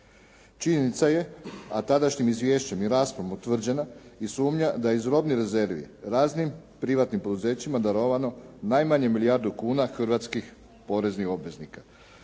Činjenica je, a tadašnjim izvješćem i raspravom je utvrđena i sumnja da je iz robnih rezervi raznim privatnim poduzećima darovano najmanje milijardu kuna hrvatskih poreznih obveznika.